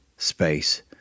space